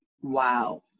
Wow